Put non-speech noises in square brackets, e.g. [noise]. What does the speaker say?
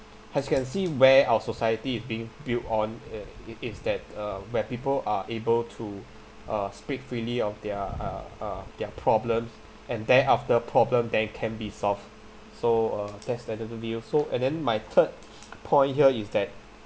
as you can see where our society is being built on uh is that uh where people are able to uh speak freely of their uh uh their problems and then after problem then can be solved so uh that's another view so and then my third [breath] point here is that